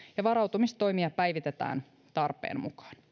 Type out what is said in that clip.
ja varautumistoimia päivitetään tarpeen mukaan